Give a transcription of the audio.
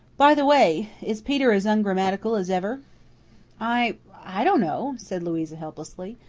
by the way, is peter as ungrammatical as ever i i don't know, said louisa helplessly.